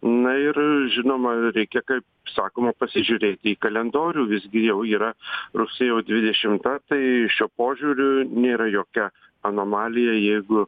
na ir žinoma reikia kaip sakoma pasižiūrėti į kalendorių visgi jau yra rusgsėjo dvidešimta tai šiuo požiūriu nėra jokia anomalija jeigu